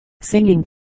singing